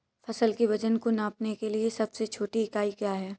फसल के वजन को नापने के लिए सबसे छोटी इकाई क्या है?